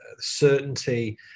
certainty